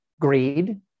greed